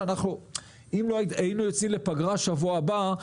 אם לא היינו יוצאים לפגרה שבוע הבא,